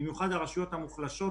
במיוחד הרשויות המוחלשות,